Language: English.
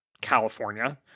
California